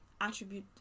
attribute